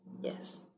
Yes